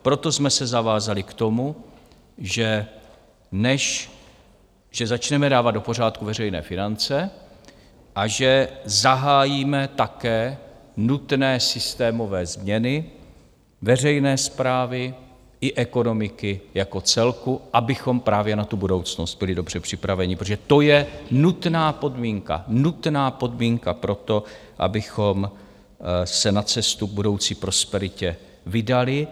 Proto jsme se zavázali k tomu, že začneme dávat do pořádku veřejné finance a že zahájíme také nutné systémové změny veřejné správy i ekonomiky jako celku, abychom právě na tu budoucnost byli dobře připraveni, protože to je nutná podmínka, nutná podmínka proto, abychom se na cestu k budoucí prosperitě vydali.